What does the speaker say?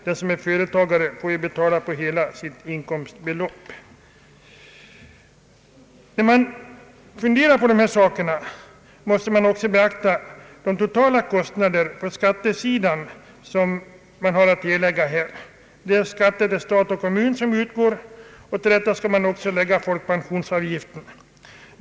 Jag anser att man i detta sammanhang också måste beakta de totala kostnader på skattesidan som företagaren har att erlägga. Han måste betala skatt till stat och kommun och till detta läggs också folkpensionsavgiften.